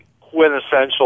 quintessential